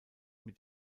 mit